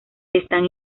están